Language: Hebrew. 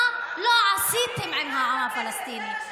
מה לא עשיתם עם העם הפלסטיני?